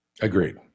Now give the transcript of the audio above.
Agreed